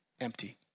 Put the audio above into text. empty